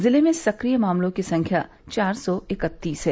जिले में सक्रिय मामलों की संख्या चार सौ इकत्तीस है